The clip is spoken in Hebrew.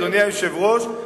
אדוני היושב-ראש,